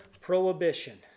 prohibition